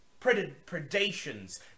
predations